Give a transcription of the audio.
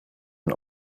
and